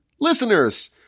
listeners